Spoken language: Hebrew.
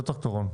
לא טרקטורון.